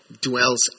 dwells